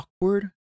awkward